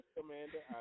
Commander